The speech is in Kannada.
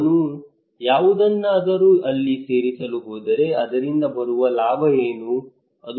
ನಾನು ಯಾವುದನ್ನಾದರೂ ಅಲ್ಲಿ ಸೇರಿಸಲು ಹೋದರೆ ಅದರಿಂದ ಬರುವ ಲಾಭ ಏನು ಅದು ಕೆಲಸ ಮಾಡುತ್ತದೆಯೇ